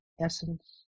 essence